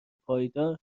پایدار